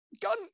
Gun